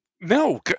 no